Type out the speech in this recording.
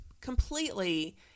...completely